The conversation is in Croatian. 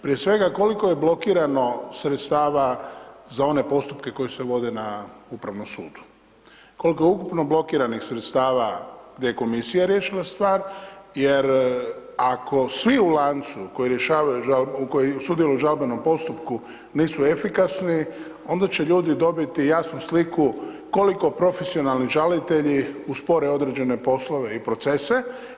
Prije svega koliko je blokirano sredstava za one postupke koji se vode na Upravnom sudu, kolko je ukupno blokiranih sredstava gdje je komisija riješila stvar jer ako svi u lancu koji rješavaju žalbu, koji sudjeluju u žalbenom postupku nisu efikasni onda će ljudi dobiti jasnu sliku koliko profesionalni žalitelji uspore određene poslove i procese.